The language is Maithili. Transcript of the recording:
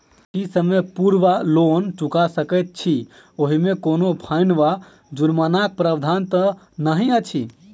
की समय पूर्व लोन चुका सकैत छी ओहिमे कोनो फाईन वा जुर्मानाक प्रावधान तऽ नहि अछि?